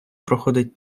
проходить